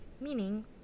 Meaning